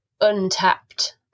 untapped